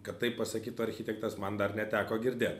kad taip pasakytų architektas man dar neteko girdėt